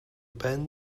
ben